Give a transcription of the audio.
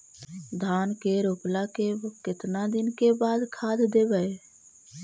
धान के रोपला के केतना दिन के बाद खाद देबै?